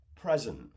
present